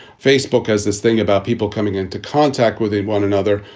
facebook has this thing about people coming into contact with and one another.